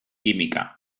química